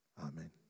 amen